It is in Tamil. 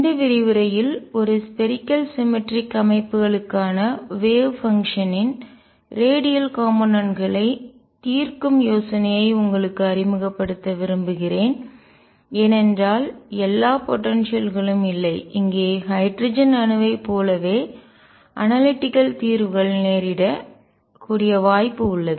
இந்த விரிவுரையில் ஒரு ஸ்பேரிக்கல் சிமெட்ரிக் கோள சமச்சீர் அமைப்புகளுக்கான வேவ் பங்ஷன்னின் அலை செயல்பாட்டின் ரேடியல் காம்போனென்ட்களைத் கூறு தீர்க்கும் யோசனையை உங்களுக்கு அறிமுகப்படுத்த விரும்புகிறேன் ஏனென்றால் எல்லா போடன்சியல் ஆற்றல் களும் இல்லை இங்கே ஹைட்ரஜன் அணுவைப் போலவே அனலிட்டிக்கல் பகுப்பாய்வு தீர்வுகள் நேரிட நடக்கக் கூடிய வாய்ப்பு உள்ளது